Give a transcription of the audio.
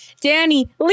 Danny